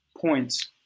points